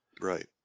Right